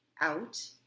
out